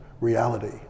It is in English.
reality